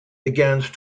against